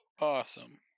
Awesome